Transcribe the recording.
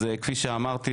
אז כפי שאמרתי,